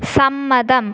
സമ്മതം